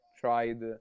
tried